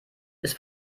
ist